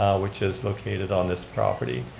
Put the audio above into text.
ah which is located on this property.